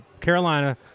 Carolina